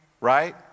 right